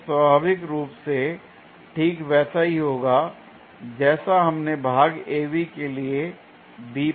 यह स्वाभाविक रूप से ठीक वैसा ही होगा जैसा हमने भाग AB के लिए B पर पाया था